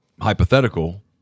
hypothetical